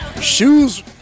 shoes